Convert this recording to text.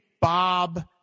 Bob